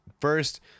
first